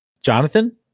Jonathan